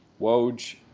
Woj